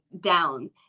down